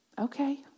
Okay